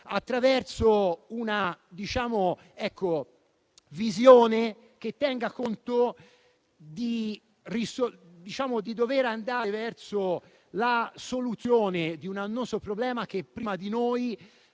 attraverso una visione che tenga conto della necessità di andare verso la soluzione di un annoso problema che prima di noi